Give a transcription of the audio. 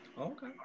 Okay